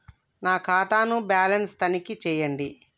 నా ఖాతా ను బ్యాలన్స్ తనిఖీ చేయండి?